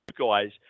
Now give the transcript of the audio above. guys